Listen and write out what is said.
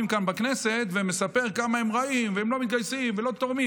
כאן בכנסת ומספר כמה הם רעים והם לא מתגייסים ולא תורמים.